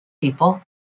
people